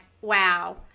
wow